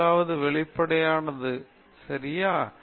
இரண்டு வகையான உந்துதல்கள் உள்ளன முதலாவது வெளிப்படையான சரியா